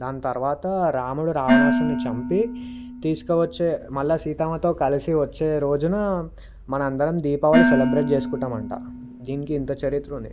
దాని తర్వాత రాముడు రావణాసురుణ్ణి చంపి తీసుకువచ్చే మళ్ళీ సీతమ్మతో కలిసి వచ్చే రోజున మన అందరం దీపావళి సెలబ్రేట్ చేసుకుంటాం అంట దీనికి ఇంత చరిత్ర ఉంది